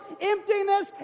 emptiness